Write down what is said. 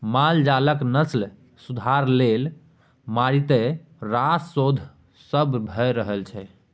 माल जालक नस्ल सुधार लेल मारिते रास शोध सब भ रहल छै